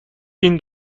این